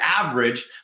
average